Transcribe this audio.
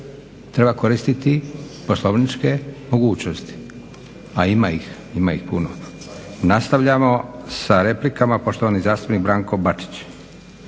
treba koristiti poslovniče mogućnosti, a ima ih puno. Nastavljamo sa replikama, poštovani zastupnik Branko Bačić.